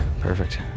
perfect